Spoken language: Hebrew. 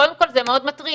קודם כל זה מאוד מטריד,